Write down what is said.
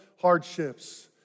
hardships